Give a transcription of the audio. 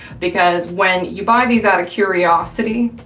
because when you buy this out of curiosity,